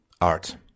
art